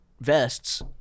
vests